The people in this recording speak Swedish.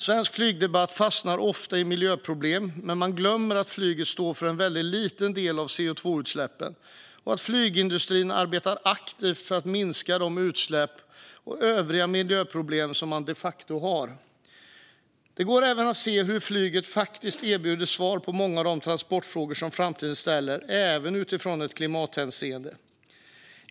Svensk flygdebatt fastnar ofta i miljöproblem, men man glömmer att flyget står för en väldigt liten del av CO2-utsläppen och att flygindustrin arbetar aktivt för att minska de utsläpp och övriga miljöproblem som den de facto har. Det går även att se att flyget faktiskt erbjuder svar på många av de transportfrågor som framtiden ställer, även utifrån ett klimathänseende.